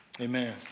Amen